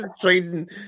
Trading